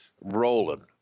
rolling